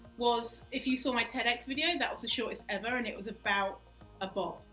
was, if you saw my tedx video, that was the shortest ever and it was about a bob.